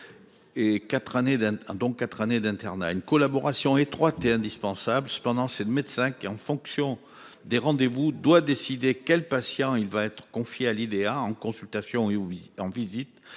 hein donc. 4 année d'internat, une collaboration étroite et indispensable. Cependant, c'est le médecin qui est en fonction des rendez vous doit décider quel patient il va être confiée à l'IDA en consultation et oui en visite.